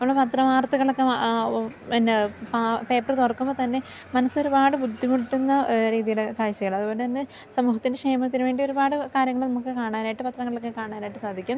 നമ്മൾ പത്ര വാർത്തകളൊക്കെ ആകുമോ എന്നാൽ പേപ്പറ് തുറക്കുമ്പോൾത്തന്നെ മനസ്സൊരുപാട് ബുദ്ധിമുട്ടുന്ന രീതിയിൽ കാഴ്ച്ചകൾ അതുകൊണ്ടുതന്നെ സമൂഹത്തിൻ്റെ ക്ഷേമത്തിനുവേണ്ടി ഒരുപാട് കാര്യങ്ങൾ നമുക്ക് കാണാനായിട്ട് പത്രങ്ങളിലൊക്കെ കാണാനായിട്ട് സാധിക്കും